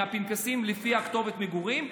מהפנקסים לפי כתובת המגורים,